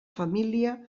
família